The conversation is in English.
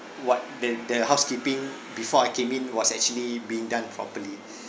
what the the housekeeping before I came in was actually being done properly